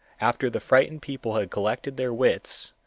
after the frightened people had collected their wits,